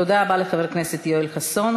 תודה רבה לחבר הכנסת יואל חסון.